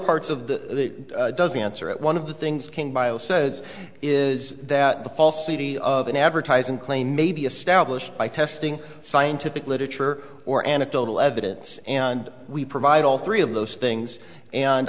parts of the doesn't answer it one of the things can bio says is that the falsity of an advertising claim may be a stablished by testing scientific literature or anecdotal evidence and we provide all three of those things and